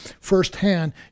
firsthand